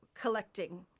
collecting